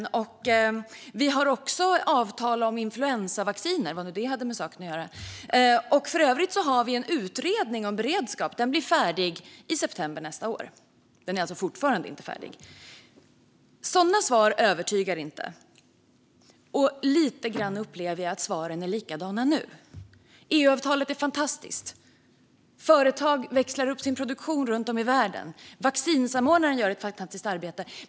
Jag fick också till svar att man hade ett avtal om influensavacciner - vad nu detta hade med saken att göra - och att en utredning om beredskap för övrigt skulle bli färdig i september nästa år; den är alltså fortfarande inte färdig. Sådana svar övertygar inte, och lite grann upplever jag att svaren är likadana nu. EU-avtalet är fantastiskt, företag växlar upp sin produktion runt om i världen och vaccinsamordnaren gör ett fantastiskt arbete.